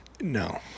No